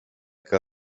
que